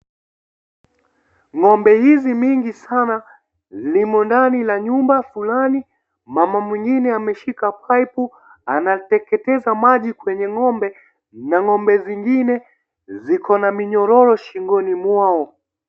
Ng'ombe hizi mingi sana limo ndani ya nyumba fulani. Mama mwingine ameshika paipu, anateketeza maji kwenye ng'ombe, na ng'ombe zingine ziko na nyororo shingoni mwao.